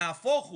נהפוך הוא.